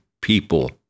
people